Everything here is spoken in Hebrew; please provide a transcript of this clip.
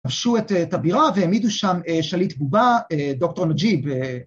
כבשו את הבירה והעמידו שם ‫שליט בובה, דוקטור נג'יב.